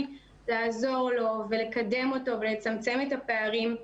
לעזור לו ולקדם אותו ולצמצם את הפערים.